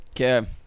Okay